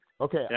Okay